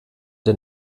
der